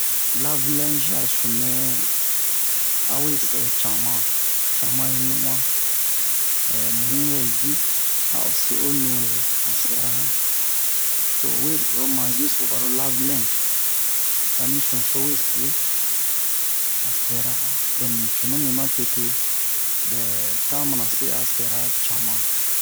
Lav-linzi a sunu nɛ a we sɛ cama cama yi no'on-an mu yini bɛ ju a'o se o nure a sɛra han to o we ho manzi so baro lav-linz to a ni sunu so we se a sɛra han don ni cunu mi ma tete bɛ tan mana se a sɛra cama